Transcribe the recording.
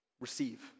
Receive